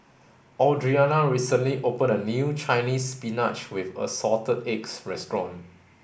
Audriana recently opened a new Chinese spinach with assorted eggs restaurant